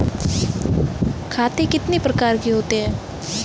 खाते कितने प्रकार के होते हैं?